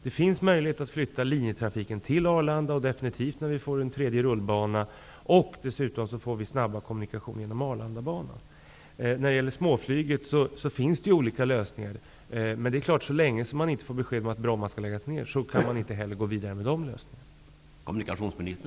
Det finns definitivt möjlighet att flytta linjetrafiken till Arlanda när vi får en tredje rullbana, och dessutom får vi snabba kommunikationer genom Arlandabanan. När det gäller småflyget finns ju olika lösningar, men så länge man inte får besked om att Bromma flygplats skall läggas ned kan man inte heller gå vidare med dessa lösningar.